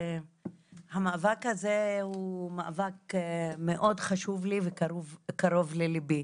המאבק הזה הוא מאבק מאוד חשוב לי וקרוב לליבי.